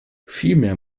vielmehr